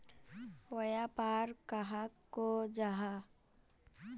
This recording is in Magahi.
व्यापार कहाक को जाहा?